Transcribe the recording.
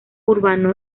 urbano